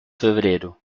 febrero